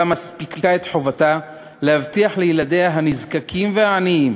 מספיקה את חובתם ולהבטיח לילדים הנזקקים והעניים